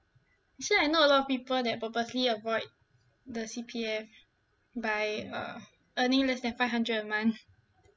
actually I know a lot of people that purposely avoid the C_P_F by uh earning less than five hundred a month